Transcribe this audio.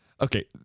Okay